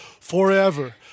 forever